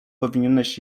powinieneś